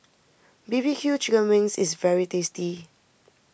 B B Q Chicken Wings is very tasty